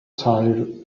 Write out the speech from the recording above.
teil